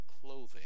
clothing